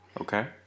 Okay